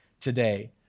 today